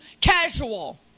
casual